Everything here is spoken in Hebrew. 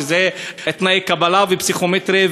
תנאי קבלה ופסיכומטרי,